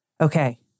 Okay